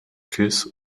kitts